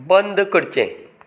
बंद करचें